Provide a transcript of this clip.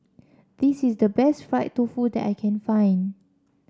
this is the best Fried Tofu that I can find